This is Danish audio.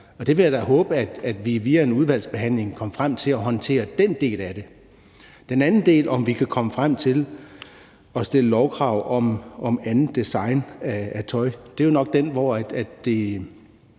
og jeg vil da håbe, at vi via udvalgsbehandlingen kommer frem til at håndtere den del af det. Vedrørende den anden del, om vi kan komme frem til at stille lovkrav om andet design af tøj, er det måske sværere